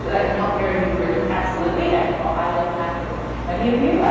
like can help guarantee convergence absolutely. and while i love math as much as many of you, ah